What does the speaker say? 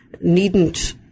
needn't